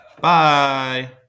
Bye